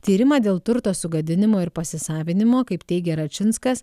tyrimą dėl turto sugadinimo ir pasisavinimo kaip teigia račinskas